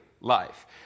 life